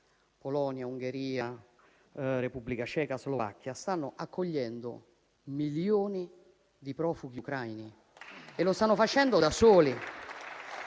(Polonia, Ungheria, Repubblica Ceca, Slovacchia) stanno accogliendo milioni di profughi ucraini e lo stanno facendo da soli.